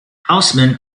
houseman